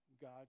God